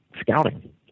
scouting